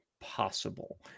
possible